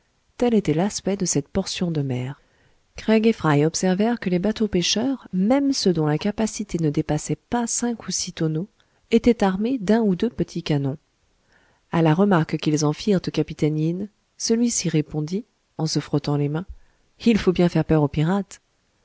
tel était l'aspect de cette portion de mer craig et fry observèrent que les bateaux pêcheurs même ceux dont la capacité ne dépassait pas cinq ou six tonneaux étaient armés d'un ou deux petits canons a la remarque qu'ils en firent au capitaine yin celui-ci répondit en se frottant les mains il faut bien faire peur aux pirates